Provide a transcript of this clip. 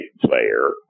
player